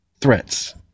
threats